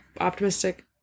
optimistic